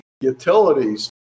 utilities